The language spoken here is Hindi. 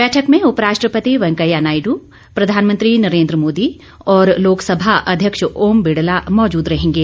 बैठक में उपराष्ट्रपति वेंकैया नायडू प्रधानमंत्री नरेन्द्र मोदी और लोकसभा अध्यक्ष ओम बिरला मौजूद रहेंगे